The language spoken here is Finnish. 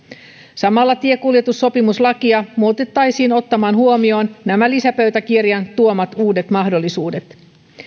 samalla tiekuljetussopimuslakia muutettaisiin ottamaan huomioon nämä lisäpöytäkirjan tuomat uudet mahdollisuudet